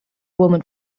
woman